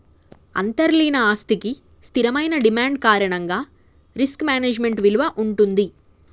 అంతర్లీన ఆస్తికి స్థిరమైన డిమాండ్ కారణంగా రిస్క్ మేనేజ్మెంట్ విలువ వుంటది